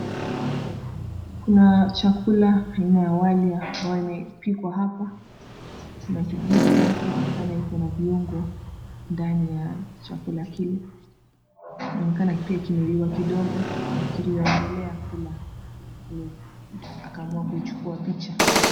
Kuna chakula na wali ambayo imepikwa hapa kuna kijiko inaonekana iko na viungo ndani ya chakula kile. Kinaonekana pia kimeliwa kidogo. Nafkiri anaendelea kula Anajikakamua kuichukua picha.